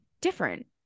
different